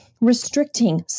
restricting